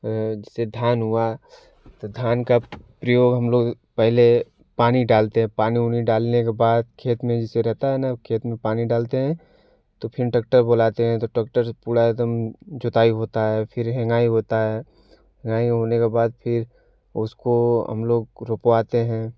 जैसे धान हुआ तो धान का प्रयोग हम लोग पहले पानी डालते हैं पानी उनी डालने के बाद खेत में जैसे रहता है ना खेत में पानी डालते हैं तो फिर डक्टर बोलाते हैं तो डक्टर पूरा एकदम जोताई होता है फिर हेंगाई होता है हेंगाई होने के बाद फिर उसको हम लोग रोपवाते हैं